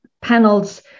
panels